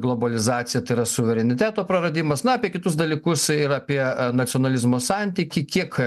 globalizacija tai yra suvereniteto praradimas na apie kitus dalykus ir apie nacionalizmo santykį kiek